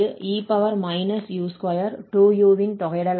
அது e u22u இன் தொகையிடலாகும்